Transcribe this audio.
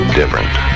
different